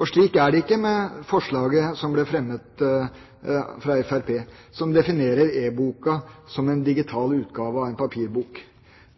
Og slik er det ikke med forslaget som ble fremmet fra Fremskrittspartiet, som definerer e-boka som en digital utgave av en papirbok.